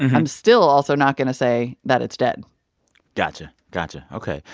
i'm still also not going to say that it's dead gotcha, gotcha. ok.